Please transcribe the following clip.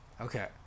Okay